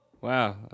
Wow